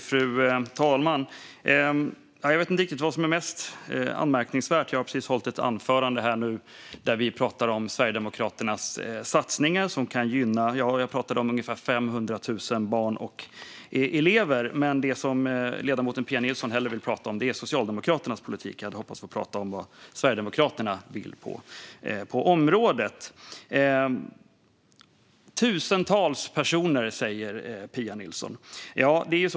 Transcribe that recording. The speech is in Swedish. Fru talman! Jag vet inte vad som är mest anmärkningsvärt här. Jag har precis hållit ett anförande där jag talat om Sverigedemokraternas satsningar som kan gynna 500 000 barn och elever. Men ledamoten Pia Nilsson vill hellre tala om Socialdemokraternas politik. Jag hade hoppats få tala om vad Sverigedemokraterna vill på detta område. Pia Nilsson talar om tusentals personer.